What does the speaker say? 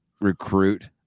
recruit